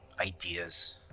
ideas